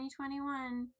2021